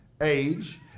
age